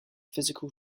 physical